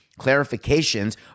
Clarifications